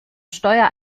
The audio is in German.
steuer